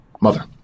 Mother